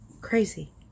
crazy